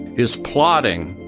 is plotting,